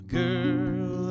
girl